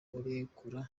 arekura